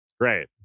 Great